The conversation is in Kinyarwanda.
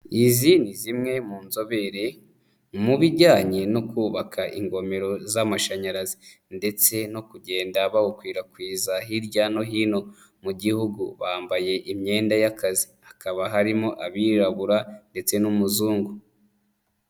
Izi ni zimwe mu nzobere mu bijyanye no kubaka ingomero z'amashanyarazi ndetse no kugenda bawukwirakwiza hirya no hino mu gihugu, bambaye imyenda y'akazi, hakaba harimo abirabura ndetse n'umuzungu.